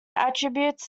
attributes